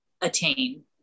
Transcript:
attain